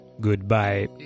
Goodbye